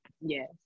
Yes